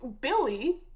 Billy